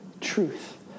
truth